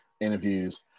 interviews